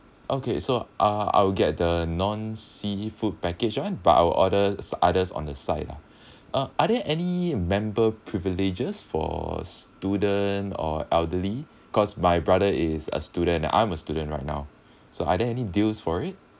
okay so uh I would get the non seafood package one but I would order others on the side lah uh are there any member privileges for students or elderly cause my brother is a student I am a student right now so are there any deals for it